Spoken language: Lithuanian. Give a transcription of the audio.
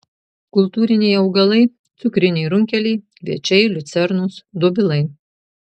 kultūriniai augalai cukriniai runkeliai kviečiai liucernos dobilai